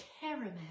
caramel